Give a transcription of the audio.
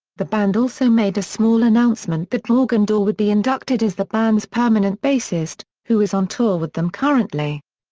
the band also made a small announcement that morgan dorr would be inducted as the band's permanent bassist, who is on tour with them currently.